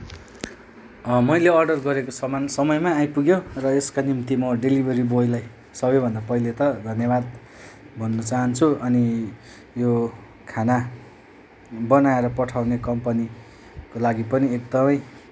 मैले अर्डर गरेको सामान समयमै आइपुग्यो र यसका निम्ति डेलिभेरी बोईलाई सबैभन्दा पहिले त धन्यवाद भन्न चाहन्छु अनि यो खाना बनाएर पठाउने कम्पनीको लागि पनि एकदमै